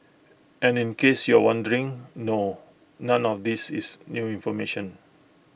and in case you're wondering no none of these is new information